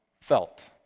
felt